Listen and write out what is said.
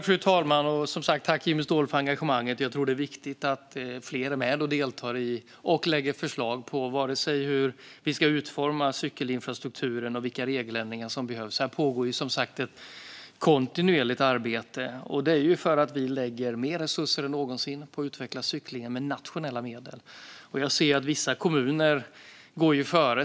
Fru talman! Tack återigen, Jimmy Ståhl, för engagemanget! Jag tror att det är viktigt att fler är med och deltar och lägger fram förslag, både när det gäller hur vi ska utforma cykelinfrastrukturen och vilka regeländringar som behövs. Här pågår som sagt ett kontinuerligt arbete, och det är ju för att vi lägger mer resurser än någonsin på att utveckla cyklingen med nationella medel. Jag ser att vissa kommuner går före.